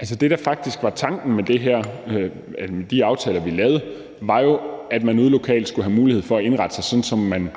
Det, der faktisk var tanken med det her, med de aftaler, vi lavede, var, at man ude lokalt skulle have mulighed for at indrette sig sådan, som man